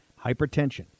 Hypertension